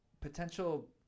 potential